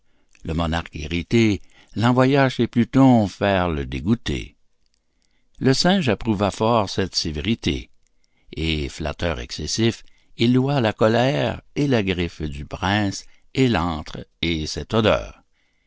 le monarque irrité l'envoya chez pluton faire le dégoûté le singe approuva fort cette sévérité et flatteur excessif il loua la colère et la griffe du prince et l'antre et cette odeur